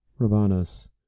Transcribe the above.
Rabanus